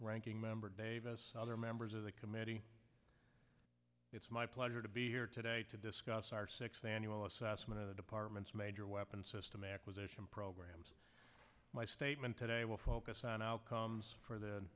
ranking member davis other members of the committee it's my pleasure to be here today to discuss our sixth annual assessment of the department's major weapon system acquisition programs my statement today will focus on outcomes for the